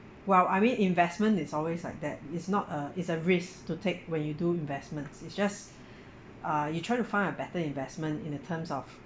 well I mean investment is always like that it's not a it's a risk to take when you do investments it's just uh you try to find a better investment in the terms of